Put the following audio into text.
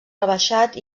rebaixat